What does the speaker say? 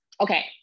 Okay